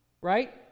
Right